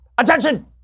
Attention